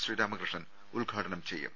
ശ്രീരാമകൃഷ്ണൻ ഉദ്ഘാടനം ചെയ്യും